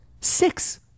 six